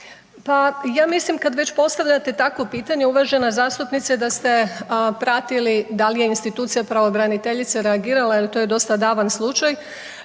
Pa ja mislim kad već postavljate takvo pitanje uvažena zastupnice da ste pratili da li je institucija pravobraniteljice reagirala jel to je dosta davan slučaj